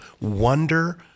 wonder